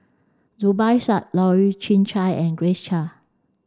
Zubir Said Loy Chye Chuan and Grace Chia